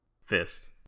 fist